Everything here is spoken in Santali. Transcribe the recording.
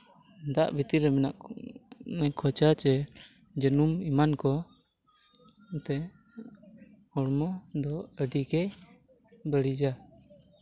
ᱫᱟᱜ ᱵᱷᱤᱛᱤᱨ ᱨᱮ ᱢᱮᱱᱟᱜ ᱠᱷᱚᱪᱟ ᱥᱮ ᱡᱟᱹᱱᱩᱢ ᱮᱢᱟᱱ ᱠᱚ ᱱᱚᱛᱮ ᱦᱚᱲᱢᱚ ᱫᱚ ᱟᱹᱰᱤ ᱜᱮ ᱵᱟᱹᱲᱤᱡᱟ